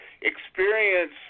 experience